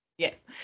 Yes